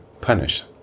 punished